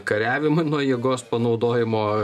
kariavimo nuo jėgos panaudojimo